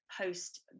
post